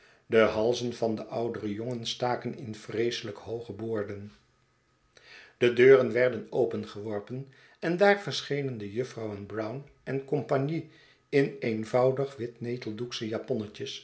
de halzen van de oudere jongens staken in vreeselijk hooge boorden i schetsen van boz de deuren werden opengeworpen en daar verschenen de juffrouwen brown en compagnie in eenvoudige wit neteldoeksche japonnetjes